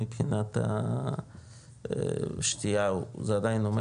מבחינת השתייה זה עדיין עומד?